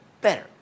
better